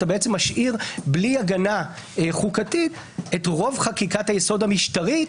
אתה בעצם משאיר בלי הגנה חוקתית את רוב חקיקת היסוד המשטרית.